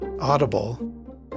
Audible